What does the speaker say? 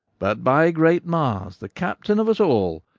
but, by great mars, the captain of us all,